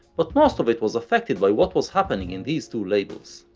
but most of it was affected by what was happening in these two labels.